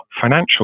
financial